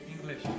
English